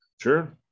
Sure